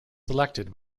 selected